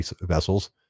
vessels